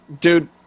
dude